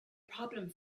problem